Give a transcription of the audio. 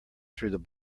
through